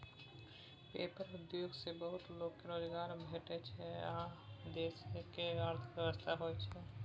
paper उद्योग सँ बहुत लोक केँ रोजगार भेटै छै आ देशक आर्थिक विकास होइ छै